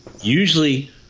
Usually –